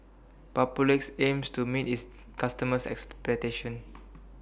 Papulex aims to meet its customers' expectations